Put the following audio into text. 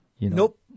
Nope